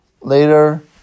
later